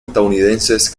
estadounidenses